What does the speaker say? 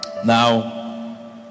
Now